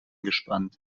gespannt